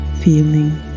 feeling